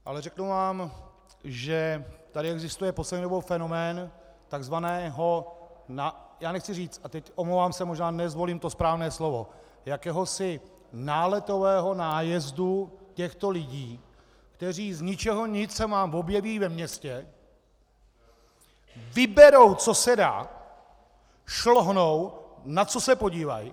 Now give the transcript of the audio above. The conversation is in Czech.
Ale řeknu vám, že tady existuje poslední dobou fenomén takzvaného já nechci říct a omlouvám se, možná nezvolím to správné slovo jakéhosi náletového nájezdu těchto lidí, kteří se vám z ničeho nic objeví ve městě, vyberou, co se dá , šlohnou, na co se podívaj!